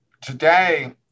today